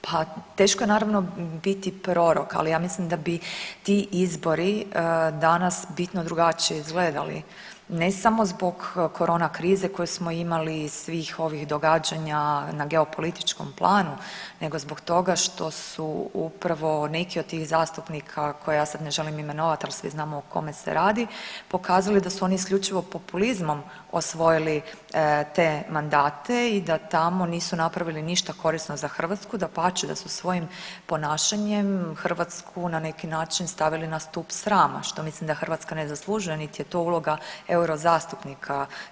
Pa teško je naravno biti prorok, ali ja mislim da bi ti izbori danas bitno drugačije izgledali, ne samo zbog korona krize koju smo imali svih ovih događanja na geopolitičkom planu nego zbog toga što su upravo neki od tih zastupnika koje ja sada ne želim imenovati, ali svi znamo o kome se radi pokazali da su oni isključivo populizmom osvojili te mandate i da tamo nisu napravili ništa korisno za Hrvatsku, dapače da su svojim ponašanjem Hrvatsku na neki način stavili na stup srama što mislim da Hrvatska ne zaslužuje niti je to uloga eurozastupnika.